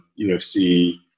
UFC